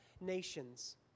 nations